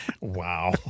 Wow